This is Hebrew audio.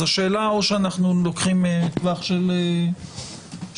אז השאלה או שאנחנו לוקחים טווח של שבוע,